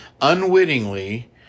unwittingly